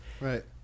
Right